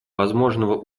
возможного